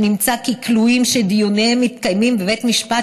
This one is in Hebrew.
שנמצא כי כלואים שדיוניהם מתקיימים בבית משפט